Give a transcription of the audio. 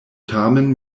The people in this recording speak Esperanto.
tamen